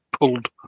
pulled